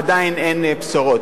עדיין אין בשורות.